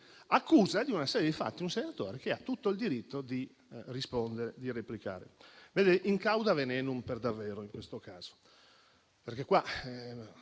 accusa di una serie di fatti un senatore che ha tutto il diritto di rispondere e di replicare. Vede, *in cauda venenum*. Per davvero, in questo caso.